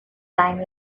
time